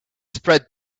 spread